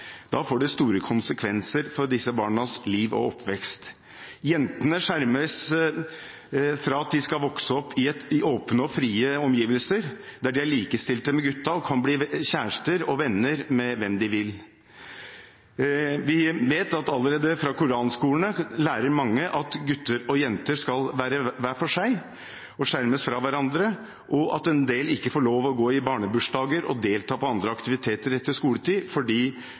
vokse opp i åpne og frie omgivelser, der de er likestilt med guttene og kan bli kjæreste og venn med hvem de vil. Vi vet at allerede på koranskolene lærer mange at gutter og jenter skal være hver for seg og skjermes fra hverandre, og at en del jenter ikke får lov til å gå i barnebursdager eller delta på andre aktiviteter etter skoletid